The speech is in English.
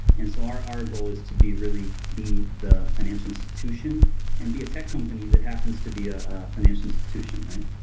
and so our our goal is to be really be the financial institution and be a tech company that happens to be a financial institution, right?